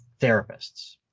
therapists